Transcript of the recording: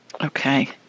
Okay